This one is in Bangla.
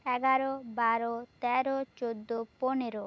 এগারো বারো তেরো চোদ্দো পনেরো